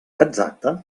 exacte